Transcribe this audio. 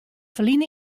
ferline